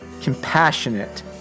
compassionate